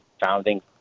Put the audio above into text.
founding